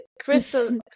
crystal